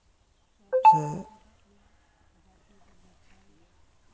ᱥᱮ